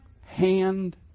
hand